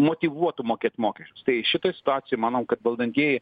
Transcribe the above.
motyvuotų mokėt mokesčius tai šitoj situacijoj manau kad valdantieji